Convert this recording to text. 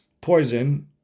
poison